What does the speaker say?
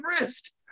wrist